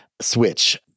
switch